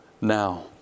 now